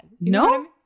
No